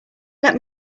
let